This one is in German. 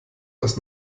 das